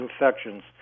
infections